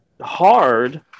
Hard